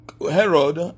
herod